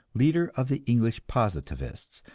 leader of the english positivists,